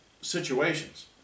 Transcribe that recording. situations